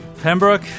Pembroke